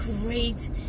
great